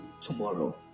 tomorrow